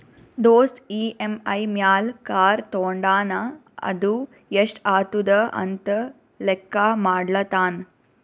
ದೋಸ್ತ್ ಇ.ಎಮ್.ಐ ಮ್ಯಾಲ್ ಕಾರ್ ತೊಂಡಾನ ಅದು ಎಸ್ಟ್ ಆತುದ ಅಂತ್ ಲೆಕ್ಕಾ ಮಾಡ್ಲತಾನ್